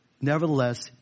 nevertheless